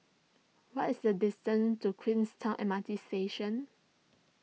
what is the distance to Queenstown M R T Station